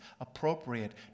appropriate